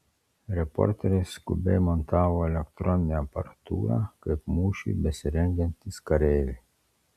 reporteriai skubiai montavo elektroninę aparatūrą kaip mūšiui besirengiantys kareiviai